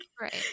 Right